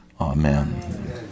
Amen